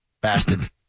bastard